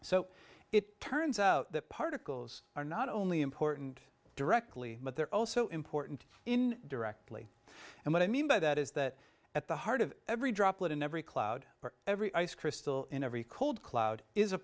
so it turns out that particles are not only important directly but they're also important in directly and what i mean by that is that at the heart of every droplet in every cloud or every ice crystal in every cold cloud is a